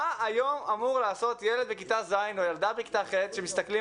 מה היום אמור לעשות ילד בכיתה ז' או ילדה בכיתה ח' שמסתכלים